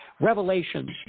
revelations